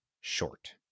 short